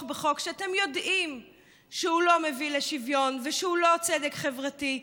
בחוק שאתם יודעים שהוא לא מביא לשוויון ושהוא לא צדק חברתי,